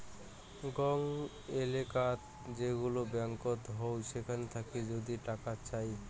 গং এলেকাত যেগুলা ব্যাঙ্কত হউ সেখান থাকি যদি টাকা চাই